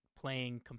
playing